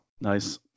Nice